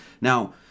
Now